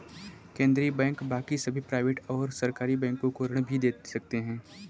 केन्द्रीय बैंक बाकी सभी प्राइवेट और सरकारी बैंक को ऋण भी दे सकते हैं